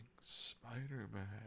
Spider-Man